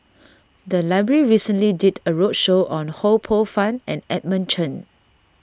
the library recently did a roadshow on Ho Poh Fun and Edmund Chen